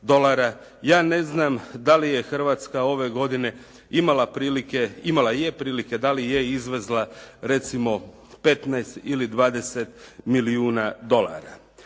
Ja neznam da li je Hrvatska ove godine imala prilike, imala je prilike, da li je izvezla recimo 15 ili 20 milijuna dolara.